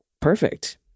perfect